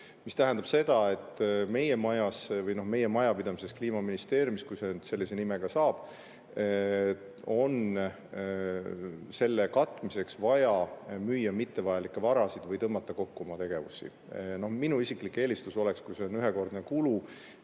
et meie majas või meie majapidamises, Kliimaministeeriumis, kui see nüüd sellise nimega saab, on selle katmiseks vaja müüa mittevajalikke varasid või tõmmata kokku oma tegevusi. Minu isiklik eelistus oleks, et kui see on ühekordne kulu,